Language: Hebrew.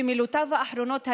שמילותיו האחרונות היו: